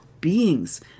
beings